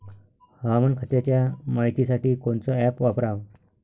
हवामान खात्याच्या मायतीसाठी कोनचं ॲप वापराव?